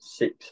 six